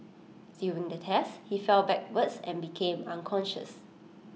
during the test he fell backwards and became unconscious